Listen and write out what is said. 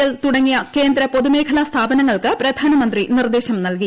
L തുടങ്ങിയ കേന്ദ്രപൊതുമേഖലാ സ്ഥാപനങ്ങൾക്ക് പ്രധാനമന്ത്രി നിർദ്ദേശം നൽകി